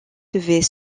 devait